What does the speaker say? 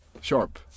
Sharp